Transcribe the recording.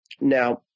Now